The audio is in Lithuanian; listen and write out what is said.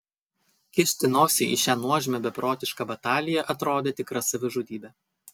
kišti nosį į šią nuožmią beprotišką bataliją atrodė tikra savižudybė